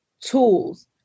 tools